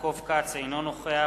אינו נוכח